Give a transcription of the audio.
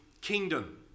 kingdom